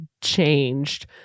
changed